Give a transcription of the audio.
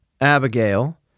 Abigail